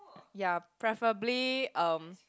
ya preferably um